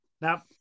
Now